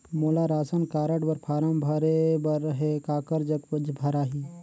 मोला ration card बर form भरे बर हे काकर जग भराही?